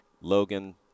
Logan